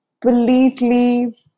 completely